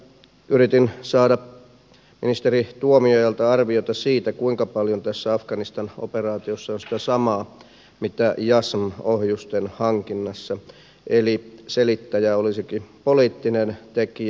yritin saada ministeri tuomiojalta arviota siitä kuinka paljon tässä afganistan operaatiossa on sitä samaa mitä jassm ohjusten hankinnassa eli selittäjä olisikin poliittinen tekijä